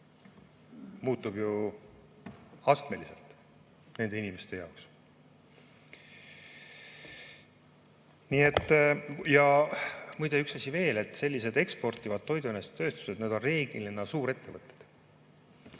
muutub ju astmeliselt nende inimeste jaoks. Ja muide, üks asi veel. Sellised eksportivad toiduainetööstused on reeglina suurettevõtted.